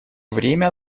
время